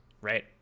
right